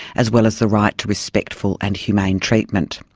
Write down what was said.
as well as the right to respectful and humane treatment.